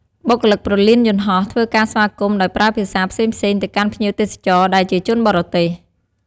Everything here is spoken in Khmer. បុគ្គលិកព្រលានយន្តហោះ ធ្វើការស្វាគមន៍ ដោយប្រើភាសាផ្សេងៗទៅកាន់ភ្ញៀវទេសចរណ៍ ដែលជាជនបរទេស។